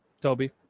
Toby